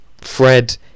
Fred